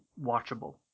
watchable